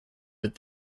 that